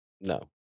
No